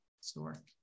store